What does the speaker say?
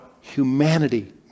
humanity